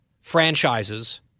franchises